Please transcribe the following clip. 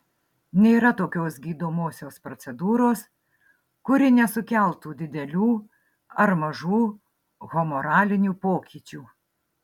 nėra tokios gydomosios procedūros kuri nesukeltų didelių ar mažų humoralinių pokyčių